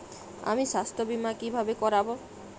আমি স্বাস্থ্য বিমা কিভাবে করাব?